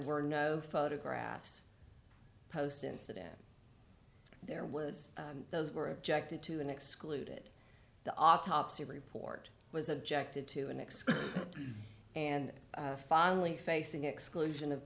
were no photographs post incident there was those were objected to and excluded the autopsy report was objected to an excuse and finally facing exclusion of